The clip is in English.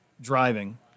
driving